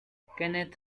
kenneth